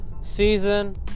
season